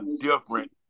different